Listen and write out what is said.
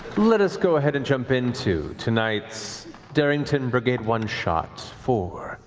let us go ahead and jump into tonight's darrington brigade one-shot for